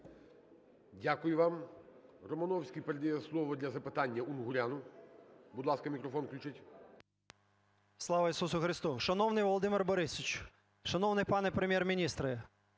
Дякую вам. Романовський передає слово для запитання Унгуряну. Будь ласка, мікрофон включіть. 11:02:34 УНГУРЯН П.Я. Слава Ісусу Христу! Шановний Володимире Борисовичу, шановний пане Прем'єр-міністре!